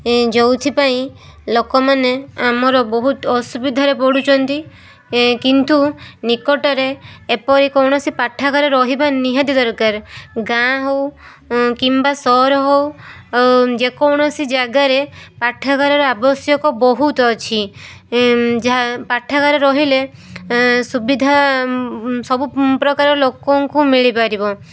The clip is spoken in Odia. ଯେଉଁଥିପାଇଁ ଲୋକମାନେ ଆମର ବହୁତ ଅସୁବିଧାରେ ପଡ଼ୁଛନ୍ତି ଏ କିନ୍ତୁ ନିକଟରେ ଏପରି କୌଣସି ପାଠାଗାର ରହିବା ନିହାତି ଦରକାର ଗାଁ ହଉ କିମ୍ବା ସହର ହଉ ଯେକୌଣସି ଜାଗାରେ ପାଠାଗାରର ଆବଶ୍ୟକ ବହୁତ ଅଛି ଯାହା ପାଠାଗାର ରହିଲେ ସୁବିଧା ସବୁ ପ୍ରକାର ଲୋକଙ୍କୁ ମିଳିପାରିବ